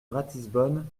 ratisbonne